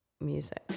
Music